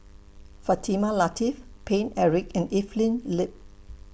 Fatimah Lateef Paine Eric and Evelyn Lip